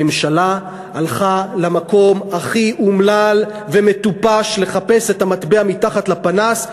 הממשלה הלכה למקום הכי אומלל ומטופש לחפש את המטבע מתחת לפנס,